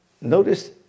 notice